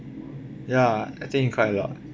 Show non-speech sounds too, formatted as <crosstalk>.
ya I think it quite a lot <laughs>